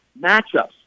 matchups